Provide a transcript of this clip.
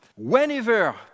Whenever